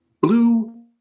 blue